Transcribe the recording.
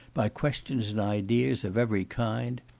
by questions and ideas of every kind.